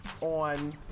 on